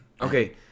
Okay